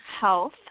health